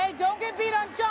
ah don't get beat on